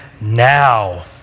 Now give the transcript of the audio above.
now